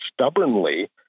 stubbornly